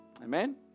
Amen